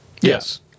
Yes